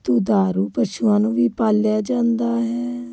ਦੁਧਾਰੂ ਪਸ਼ੂਆਂ ਨੂੰ ਵੀ ਪਾਲਿਆ ਜਾਂਦਾ ਹੈ